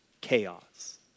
chaos